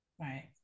Right